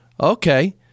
okay